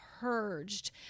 purged